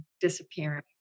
disappearing